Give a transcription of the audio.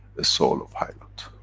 the soul of hymut.